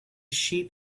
sheep